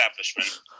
establishment